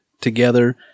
together